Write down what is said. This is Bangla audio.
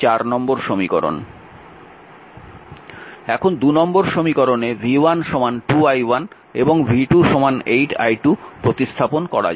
এখন নম্বর সমীকরণে v1 2 i1 এবং v2 8 i2 প্রতিস্থাপন করা যাক